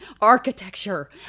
architecture